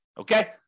Okay